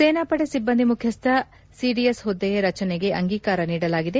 ಸೇನಾಪಡೆ ಸಿಬ್ಬಂದಿ ಮುಖ್ಯಸ್ವ ಸಿಡಿಎಸ್ ಹುದ್ದೆ ರಚನೆಗೆ ಅಂಗೀಕಾರ ನೀಡಲಾಗಿದೆ